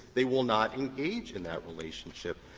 they will not engage in that relationship.